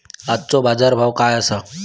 आजचो बाजार भाव काय आसा?